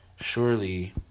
surely